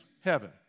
heaven